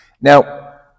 Now